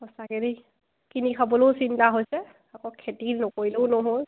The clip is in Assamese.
সঁচাকে দেই কিনি খাবলেও চিন্তা হৈছে আকৌ খেতি নকৰিলেও নহয়